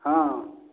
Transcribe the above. ହଁ